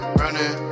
running